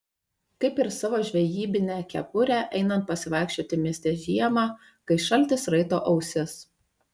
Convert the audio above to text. kaip ir savo žvejybinę kepurę einant pasivaikščioti mieste žiemą kai šaltis raito ausis